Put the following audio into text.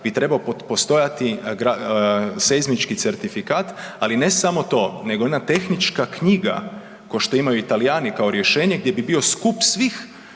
bi trebao postojati seizmički certifikat. Ali ne samo to nego jedna tehnička knjiga ko što imaju Talijani kao rješenje gdje bi bio skup svih